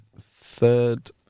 third